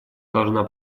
должна